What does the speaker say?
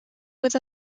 with